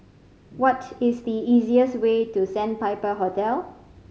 what is the easiest way to Sandpiper Hotel